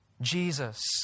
Jesus